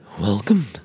welcome